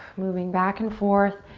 moving back and forth,